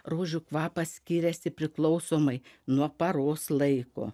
rožių kvapas skiriasi priklausomai nuo paros laiko